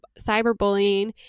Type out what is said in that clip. cyberbullying